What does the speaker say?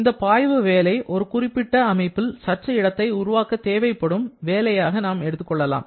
இந்த பாய்வு வேலை ஒரு குறிப்பிட்ட அமைப்பில் சற்று இடத்தை உருவாக்க தேவைப்படும் வேலையாக நாம் எடுத்துக்கொள்ளலாம்